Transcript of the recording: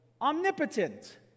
omnipotent